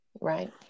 right